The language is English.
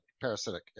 Parasitic